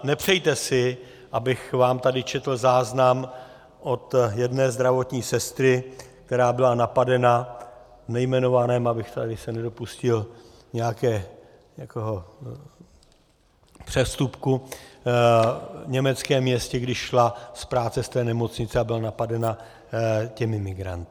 Nepřejte si, abych vám tady četl záznam od jedné zdravotní sestry, která byla napadena v nejmenovaném abych se tady nedopustil nějakého přestupku německém městě, když šla z práce z nemocnice a byla napadena těmi migranty.